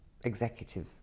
executive